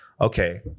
okay